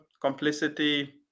complicity